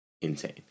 insane